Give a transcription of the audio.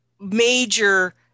major